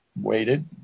waited